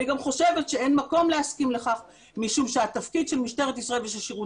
אני גם חושבת שאין מקום להסכים לכך משום שהתפקיד של משטרת ישראל ושל שירות